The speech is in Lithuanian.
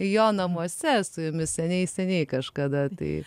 jo namuose su jumis seniai seniai kažkada tai